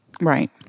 Right